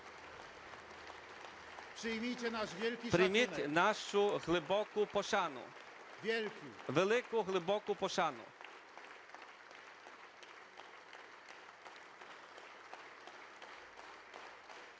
Прийміть нашу глибоку пошану, велику глибоку пошану.